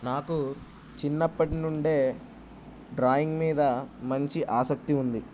నాకు చిన్నప్పటినుండే డ్రాయింగ్ మీద మంచి ఆసక్తి ఉంది